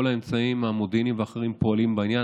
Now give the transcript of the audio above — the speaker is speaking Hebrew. האמצעים המודיעיניים והאחרים פועלים בעניין.